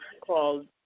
called